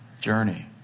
journey